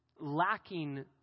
lacking